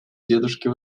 дедушке